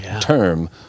term